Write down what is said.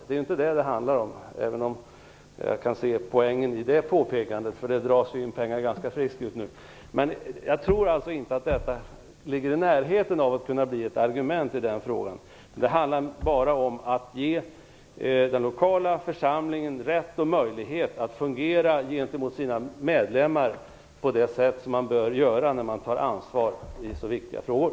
Det är inte det det handlar om, men jag kan i och för sig se poängen i Pär-Axel Sahlbergs påpekande, eftersom det dras in pengar ganska friskt just nu. Jag tror alltså inte att detta tillnärmelsevis kommer att kunna bli ett argument i den här frågan. Det handlar bara om att ge den lokala församlingen rätt och möjlighet att fungera gentemot sina medlemmar såsom man bör fungera när man tar ansvar i så viktiga frågor.